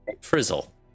Frizzle